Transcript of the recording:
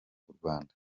urwanda